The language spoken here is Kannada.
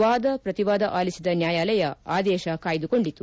ವಾದ ಪ್ರತಿವಾದ ಆಲಿಸಿದ ನ್ಯಾಯಾಲಯ ಆದೇಶ ಕಾಯ್ದುಕೊಂಡಿತು